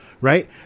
Right